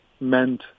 meant